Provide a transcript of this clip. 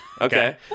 Okay